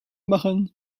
machen